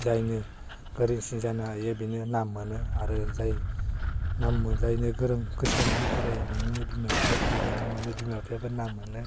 जायनो गोरोंसिन जानो हायो बेनो नाम मोनो आरो जाय नाम मोनजायैनि गोरों गोसो होनानै फरायो बिनिनो बिमा बिफायाबो गोग्गानाय मोनो बिमा बिफायाबो नाम मोनो